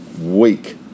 week